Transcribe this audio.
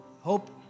Hope